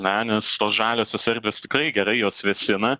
na nes tos žaliosios erdvės tikrai gerai jos vėsina